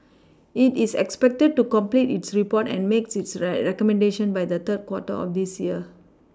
it is expected to complete its report and make its red recommendations by the third quarter of this year